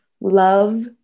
love